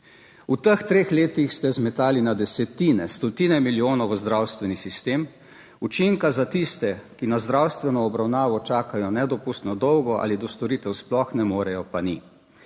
V teh treh letih ste zmetali na desetine, stotine milijonov v zdravstveni sistem, učinka za tiste, ki na zdravstveno obravnavo čakajo nedopustno dolgo ali do storitev sploh ne morejo, pa ni.